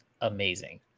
amazing